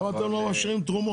למה אתם לא מאפשרים תרומות?